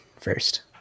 first